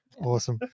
Awesome